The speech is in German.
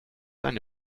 eine